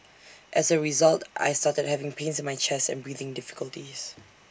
as A result I started having pains in my chest and breathing difficulties